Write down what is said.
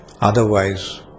otherwise